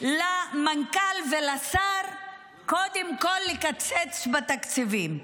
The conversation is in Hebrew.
למנכ"ל ולשר קודם כול לקצץ בתקציבים.